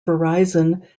verizon